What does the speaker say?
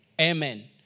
Amen